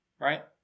right